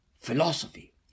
philosophy